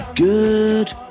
Good